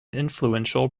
influential